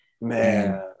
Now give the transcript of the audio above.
man